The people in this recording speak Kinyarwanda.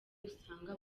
usanga